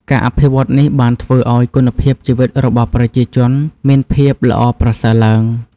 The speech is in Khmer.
ការអភិវឌ្ឍនេះបានធ្វើឱ្យគុណភាពជីវិតរបស់ប្រជាជនមានភាពល្អប្រសើរឡើង។